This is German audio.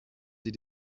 sie